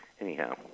anyhow